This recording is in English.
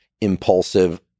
impulsive